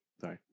Sorry